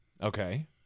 okay